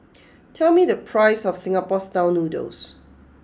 tell me the price of Singapore Style Noodles